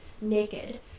naked